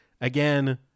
again